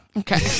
okay